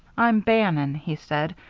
i'm bannon, he said,